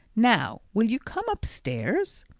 now, will you come upstairs?